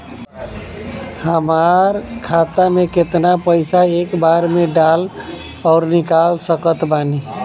हमार खाता मे केतना पईसा एक बेर मे डाल आऊर निकाल सकत बानी?